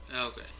Okay